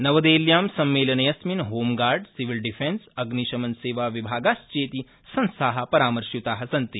नवदेहल्यां सम्मेलनेऽस्मिन् home guard civil defence अग्निशमनसेवाविभागाश्चेति संस्था परामर्शयुता सन्ति